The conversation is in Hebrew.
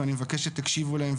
ואני מבקש שתקשיבו להם.